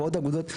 ועוד אגודות,